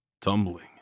tumbling